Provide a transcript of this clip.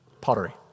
Pottery